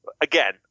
again